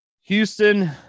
Houston